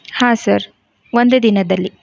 ಹಾಂ ಸರ್ ಒಂದೇ ದಿನದಲ್ಲಿ